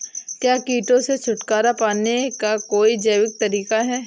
क्या कीटों से छुटकारा पाने का कोई जैविक तरीका है?